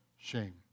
shame